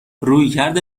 رویکرد